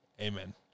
amen